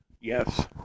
Yes